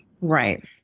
Right